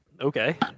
okay